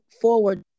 forward